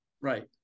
Right